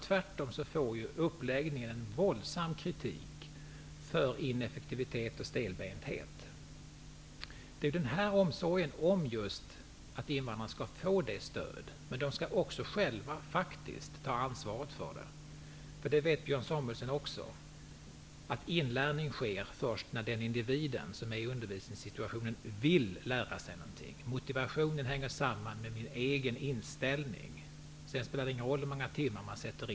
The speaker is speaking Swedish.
Tvärtom får uppläggningen en våldsam kritik för att den är ineffektiv och stelbent. Det är denna omsorg om att invandrarna skall få just detta stöd. Men de skall också själva faktiskt ta ansvaret för det. Björn Samuelson vet också att inlärning sker först när den individ som befinner sig i undervisningssituationen vill lära sig något. Motivationen hänger samman med den egna inställningen. Sedan spelar det ingen roll hur många timmar som avsätts.